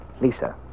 Lisa